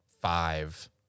five